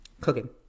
Cooking